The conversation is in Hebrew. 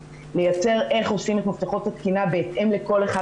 לייצר איך עושים את מפתחות התקינה בהתאם לכל אחד